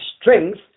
strength